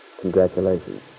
Congratulations